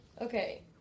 Okay